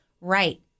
Right